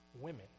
women